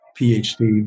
PhD